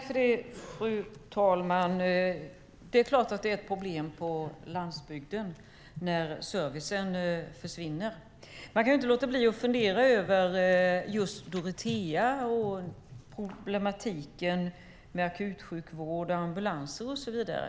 Fru talman! Det är klart att det är ett problem på landsbygden när servicen försvinner. Jag kan inte låta bli att fundera över just Dorotea och problematiken med akutsjukvård, ambulans och så vidare.